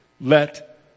let